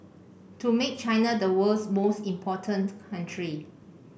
to make China the world's most important country